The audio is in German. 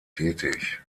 tätig